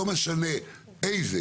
לא משנה איזה,